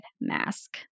mask